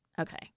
Okay